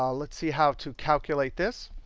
um let's see how to calculate this.